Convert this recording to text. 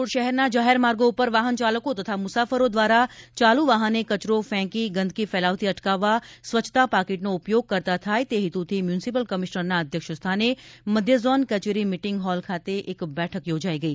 રાજકોટ શહેરના જાહેર માર્ગો પર વાહન ચાલકો તથા મુસાફરો દ્વારા ચાલુ વાહને કચરો ફેંકી ગંદકી ફેલાવતી અટકાવવા સ્વચ્છતા પાકીટ નો ઉપયોગ કરતા થાય તે હેતુથી મ્યુનિસિપલ કમિશનરના અધ્યક્ષ સ્થાને મધ્ય ઝોન કચેરી મિટીંગ હોલ ખાતે બેઠક યોજાઇ ગઇ